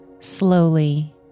Slowly